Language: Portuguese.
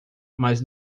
mas